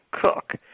cook